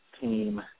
team